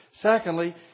Secondly